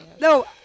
No